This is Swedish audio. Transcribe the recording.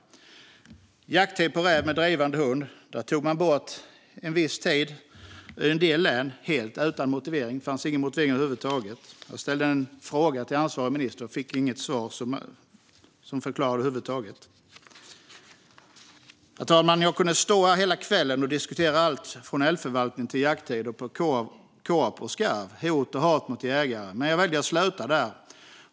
Viss tid för jakt på räv med drivande hund tog man bort i en del län helt utan motivering. Jag ställde en fråga om detta till ansvarig minister och fick inget svar som förklarade det över huvud taget. Herr talman! Jag skulle kunna stå här hela kvällen och diskutera allt från älgförvaltning till jakttider för korp och skarv eller hot och hat mot jägare, men jag väljer att sluta här.